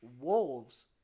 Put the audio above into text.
Wolves